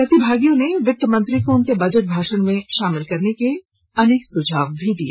प्रतिभागियों ने वित्ता मंत्री को उनके बजट भाषण में शामिल करने के अनेक सुझाव भी दिए